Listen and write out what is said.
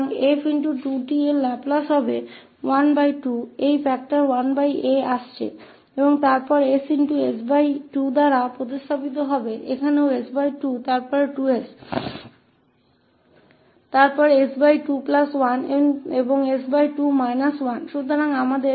तो 𝑓2𝑡 का यह लाप्लास 12 होगा यह फैक्टर 1a आ रहा है और फिर 𝑠 को s2से बदल दिया जाता है यहां भी s2 फिर 2𝑠 फिर s21 और s2 1 है